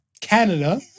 Canada